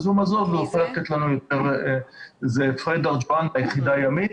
הפרויקט, פרד ארזואן מהיחידה הימית.